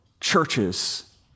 Churches